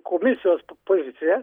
komisijos poziciją